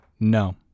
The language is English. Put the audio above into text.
No